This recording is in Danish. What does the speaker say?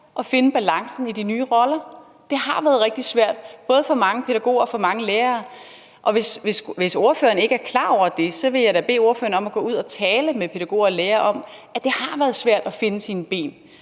at finde balancen i de nye roller. Det har været rigtig svært både for mange pædagoger og for mange lærere, og hvis spørgeren ikke er klar over det, vil jeg da bede spørgeren om at gå ud og tale med pædagoger og lærere om, at det har været svært at finde sine ben,